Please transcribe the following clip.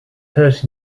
huis